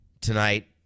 Tonight